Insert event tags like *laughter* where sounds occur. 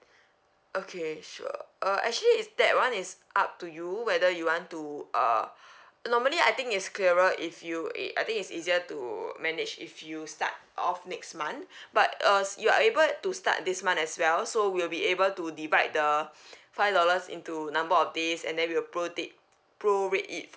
okay sure uh actually is that one is up to you whether you want to uh normally I think it's clearer if you it I think it's easier to manage if you start off next month but uh s~ you are able to start this month as well so we'll be able to divide the *breath* five dollars into number of days and then we'll pro date pro rate it